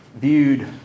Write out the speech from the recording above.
viewed